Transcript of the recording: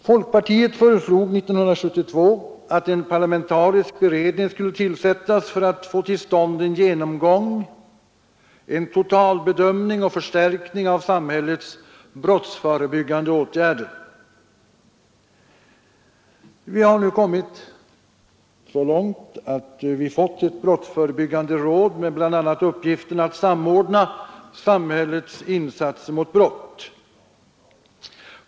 Folkpartiet föreslog 1972 att en parlamentarisk beredning skulle tillsättas för att få till stånd en genomgång, en totalbedömning och förstärkning av samhällets brottsförebyggande åtgärder. Vi har nu kommit så långt att vi fått ett brottsförebyggande råd med bl.a. uppgiften att samordna samhällets insatser mot brott.